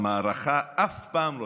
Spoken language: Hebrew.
המערכה אף פעם לא הסתיימה.